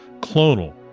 Clonal